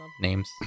names